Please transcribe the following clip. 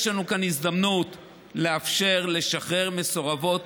יש לנו כאן הזדמנות לאפשר לשחרר מסורבות